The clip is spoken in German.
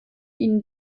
ihnen